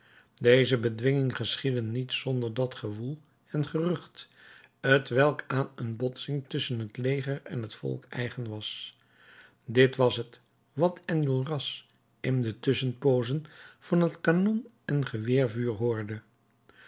deze bedwinging geschiedde niet zonder dat gewoel en gerucht t welk aan een botsing tusschen het leger en het volk eigen zijn dit was het wat enjolras in de tusschenpoozen van het kanon en geweervuur hoorde